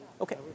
Okay